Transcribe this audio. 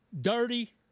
dirty –